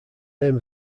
name